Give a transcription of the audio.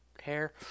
hair